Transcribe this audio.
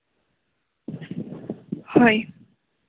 ᱦᱳᱭ